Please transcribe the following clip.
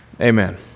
Amen